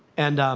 and